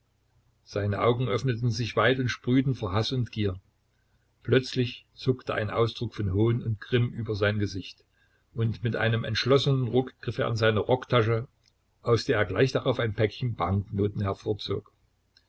seine augen öffneten sich weit und sprühten vor haß und gier plötzlich zuckte ein ausdruck von hohn und grimm über sein gesicht und mit einem entschlossenen ruck griff er in seine rocktasche aus der er gleich darauf ein päckchen banknoten